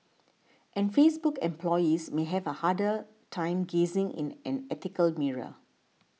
and Facebook employees may have a harder time gazing in an ethical mirror